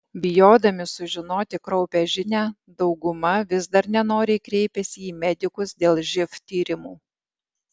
bijodami sužinoti kraupią žinią dauguma vis dar nenoriai kreipiasi į medikus dėl živ tyrimų